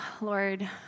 Lord